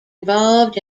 involved